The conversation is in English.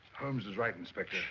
holmes is right, inspector.